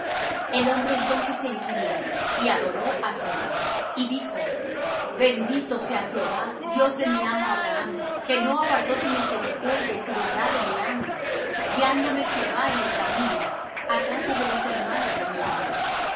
el hombre entonces se inclinó y adoró á jehová y dijo bendito sea jehová dios de mi amo abraham que no apartó su misericordia y su verdad de mi amo guiándome jehová en el camino á casa de los hermanos de mi amo